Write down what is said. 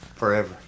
Forever